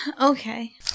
Okay